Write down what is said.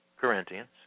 Corinthians